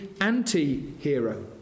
anti-hero